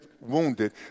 wounded